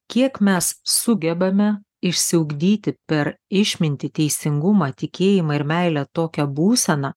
kiek mes sugebame išsiugdyti per išmintį teisingumą tikėjimą ir meilę tokią būseną